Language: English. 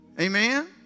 Amen